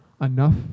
enough